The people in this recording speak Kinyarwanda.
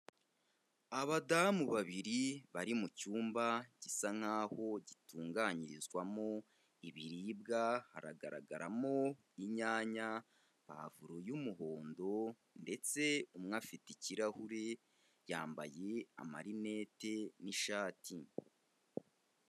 Abadamu babiri bari mu cyumba gisa nk'aho gitunganyirizwamo ibiribwa, haragaragaramo inyanya, pavuro y'umuhondo ndetse umwe afite ikirahure, yambaye amarineti n'ishati.